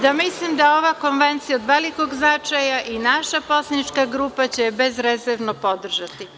Dakle, mislim da je ova konvencija od velikog značaja i naša poslanička grupa će je bezrezervno podržati.